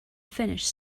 finished